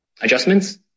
adjustments